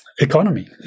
economy